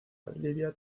valdivia